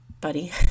buddy